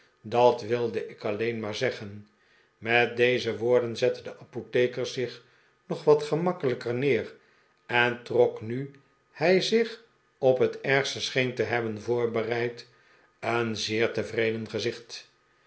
dat wilde ik alleen maar zeggen met deze woorden zette de apotheker zich nog wat gemakkelijker neer en trok nu hij zich op het ergste scheen te hebben voqrbereid een zeer tevreden gezicht